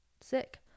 Sick